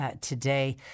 today